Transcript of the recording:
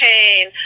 pain